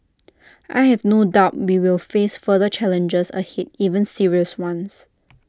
I have no doubt we will face further challenges ahead even serious ones